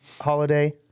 holiday